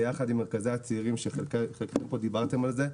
ביחד עם מרכזי הצעירים שחלקכם כבר דיברתם על זה,